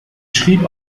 schrieb